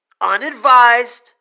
unadvised